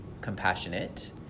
compassionate